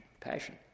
passion